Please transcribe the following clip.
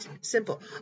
simple